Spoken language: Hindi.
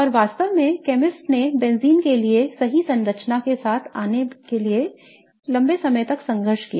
और वास्तव में केमिस्ट ने बेंजीन के लिए सही रासायनिक संरचना के साथ आने के लिए लंबे समय तक संघर्ष किया